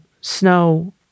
snow